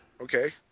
Okay